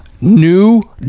new